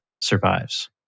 survives